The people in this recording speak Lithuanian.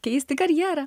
keisti karjerą